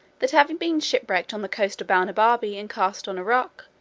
that having been shipwrecked on the coast of balnibarbi, and cast on a rock,